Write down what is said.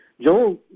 Joel